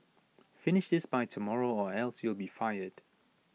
finish this by tomorrow or else you'll be fired